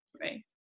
right